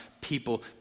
people